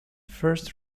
first